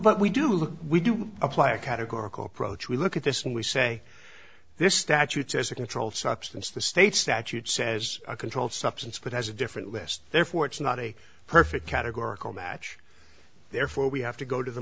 what we do look we do apply a categorical approach we look at this and we say this statute says a controlled substance the state statute says a controlled substance but has a different list therefore it's not a perfect categorical match therefore we have to go to the